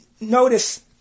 notice